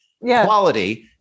quality